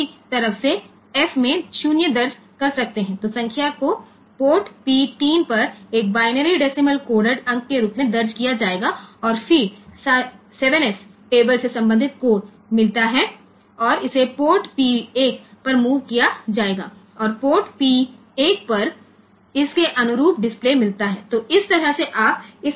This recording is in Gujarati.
તેથી નંબર પોર્ટ P 3 પર binary decimal binary coded decimal અંક તરીકે દાખલ કરવામાં આવશે અને પછી 7 s કોષ્ટકમાંથી તે અનુરૂપ કોડ મળશે અને તે પોર્ટ p1 પર ખસેડવામાં આવશે અને પોર્ટ p1 પર આપણે અનુરૂપ ડિસ્પ્લે મેળવી શકીએ છીએ